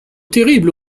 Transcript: terribles